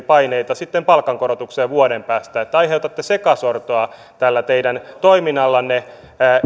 paineita sitten palkankorotukseen vuoden päästä aiheutatte sekasortoa tällä teidän toiminnallanne